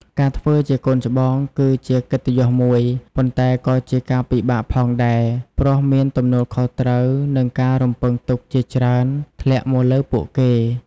ការធ្វើជាកូនច្បងគឺជាកិត្តិយសមួយ ប៉ុន្តែក៏ជាការពិបាកផងដែរ ព្រោះមានទំនួលខុសត្រូវ និងការរំពឹងទុកជាច្រើនធ្លាក់មកលើពួកគេ។